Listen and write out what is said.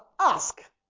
ask